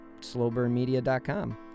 SlowBurnMedia.com